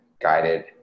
guided